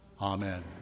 amen